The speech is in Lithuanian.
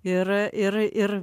ir ir ir